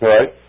Right